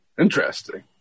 Interesting